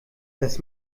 das